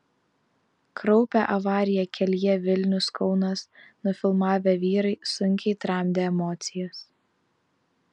kraupią avariją kelyje vilnius kaunas nufilmavę vyrai sunkiai tramdė emocijas